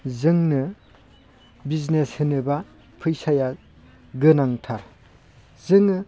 जोंनो बिजनेस होनोब्ला फैसाया गोनांथार जोङो